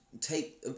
take